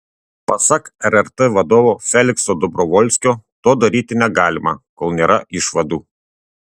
pasak rrt vadovo felikso dobrovolskio to daryti negalima kol nėra išvadų